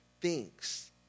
thinks